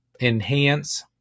enhance